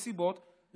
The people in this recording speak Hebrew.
נסיבות,